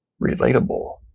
relatable